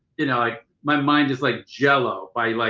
you know, my mind is like jell-o by like,